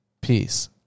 Peace